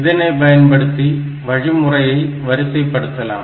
இதனை பயன்படுத்தி வழிமுறையை வரிசைப்படுத்தலாம்